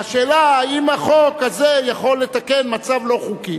והשאלה האם החוק הזה יכול לתקן מצב לא חוקי.